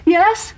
Yes